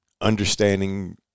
understanding